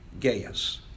Gaius